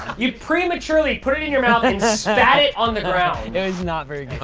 you prematurely put it in your mouth and spat it on the ground. it was not very